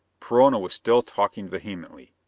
perona was still talking vehemently.